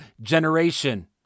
generation